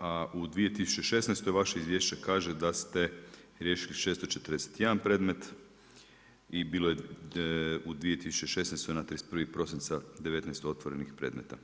A u 2016. vaše izvješće kaže, da ste riješili 641 predmet i bilo je u 2016. na 31. prosinca 19 otvorenih predmeta